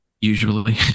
Usually